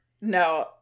No